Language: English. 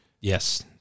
Yes